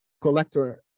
collector